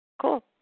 Cool